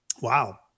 Wow